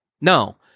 no